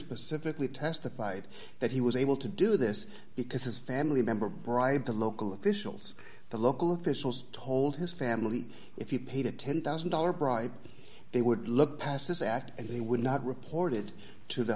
specifically testified that he was able to do this because his family member bribed the local officials the local officials told his family if he paid a ten thousand dollars bribe they would look past this act and he would not reported to the